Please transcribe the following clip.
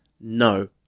no